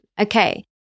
Okay